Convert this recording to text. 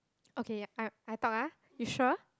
okay yeah I I talk ah you sure